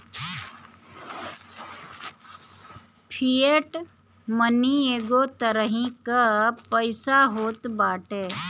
fiat money एगो तरही कअ पईसा होत बाटे